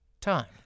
time